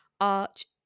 Arch